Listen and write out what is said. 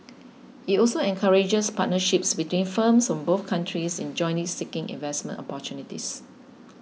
it also encourages partnerships between firms from both countries in jointly seeking investment opportunities